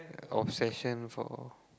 obsession for